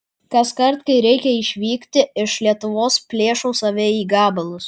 kaskart kai reikia išvykti iš lietuvos plėšau save į gabalus